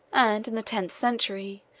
and in the tenth century,